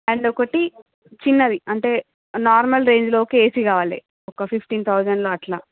and ఒకటి చిన్నది అంటే నార్మల్ రేంజ్ లో ఒక ఏసీ కావాలి ఒక ఫిఫ్టీన్ థౌసండ్ లో అట్ల